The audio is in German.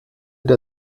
der